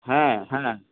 হ্যাঁ হ্যাঁ